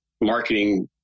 marketing